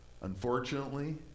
Unfortunately